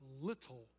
little